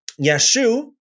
Yeshu